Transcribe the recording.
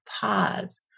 pause